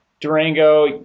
Durango